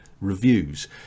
reviews